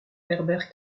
herbert